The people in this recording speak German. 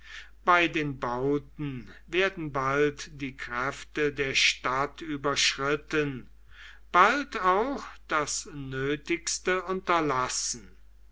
bei den bauten werden bald die kräfte der stadt überschritten bald auch das nötigste unterlassen